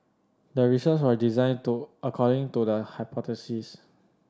the research was designed to according to the hypothesis